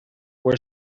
are